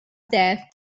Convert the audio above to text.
that